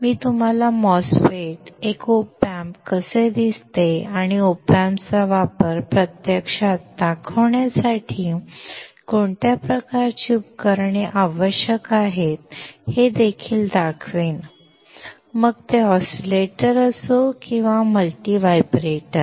मी तुम्हाला MOSFET एक op amp कसे दिसते आणि op amp चा वापर प्रत्यक्षात दाखवण्यासाठी कोणत्या प्रकारची उपकरणे आवश्यक आहेत हे देखील दाखवीन मग ते ऑसिलेटर असो किंवा मल्टी व्हायब्रेटर